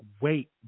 wait